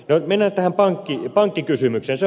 no mennään tähän pankkikysymykseen